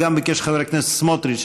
וגם ביקש חבר הכנסת סמוטריץ.